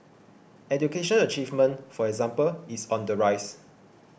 education achievement for example is on the rise